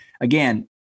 Again